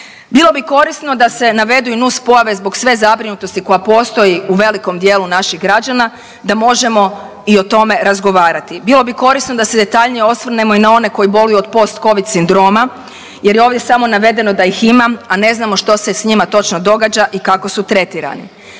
Bilo bi korisno da se navedu i nuspojave zbog sve zabrinutosti koja postoji u velikom dijelu naših građana da možemo i o tome razgovarati, bilo bi korisno da se detaljnije osvrnemo i na one koji boluju od post covid sindroma jer je ovdje samo navedeno da ih ima, a ne znamo što se s njima točno događa i kako su tretirani.